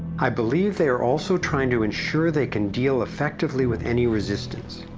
i believe they are also trying to ensure they can deal effectively with any resistance.